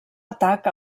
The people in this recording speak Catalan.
atac